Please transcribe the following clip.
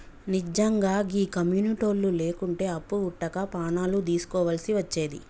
నిజ్జంగా గీ కమ్యునిటోళ్లు లేకుంటే అప్పు వుట్టక పానాలు దీస్కోవల్సి వచ్చేది